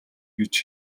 гэж